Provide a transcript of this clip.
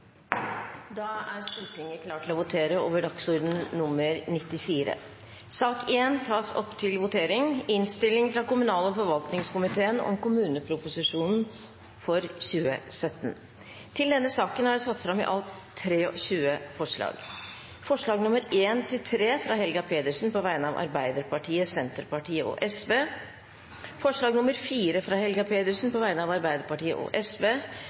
Da er Stortinget klar til å votere over sakene på dagens kart. Under debatten er det satt fram i alt 23 forslag. Det er forslagene nr. 1–3, fra Helga Pedersen på vegne av Arbeiderpartiet, Senterpartiet og Sosialistisk Venstreparti forslag nr. 4, fra Helga Pedersen på vegne av Arbeiderpartiet og